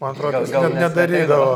man atrodo jis net nedarydavo